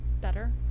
better